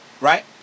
Right